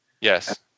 Yes